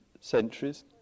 centuries